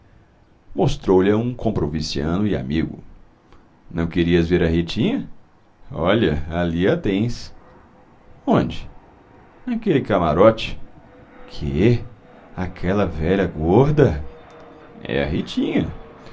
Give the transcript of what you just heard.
descomunal mostrou lha um comprovinciano e amigo não querias ver a ritinha olha ali a tens onde naquele camarote quê aquela velha gorda é a ritinha